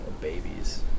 babies